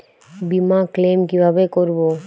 বিমা ক্লেম কিভাবে করব?